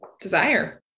desire